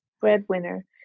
breadwinner